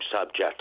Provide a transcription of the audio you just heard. subject